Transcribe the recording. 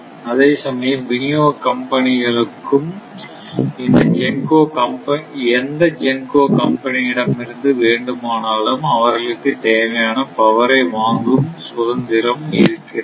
அதேசமயம் விநியோக கம்பெனிகளுக்கும் எந்த GENCO கம்பெனியிடமிருந்து வேண்டுமானாலும் அவர்களுக்கு தேவையான பவர் ஐ வாங்கும் சுதந்திரம் இருக்கிறது